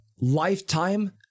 lifetime